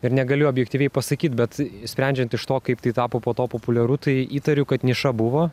ir negaliu objektyviai pasakyt bet sprendžiant iš to kaip tai tapo po to populiaru tai įtariu kad niša buvo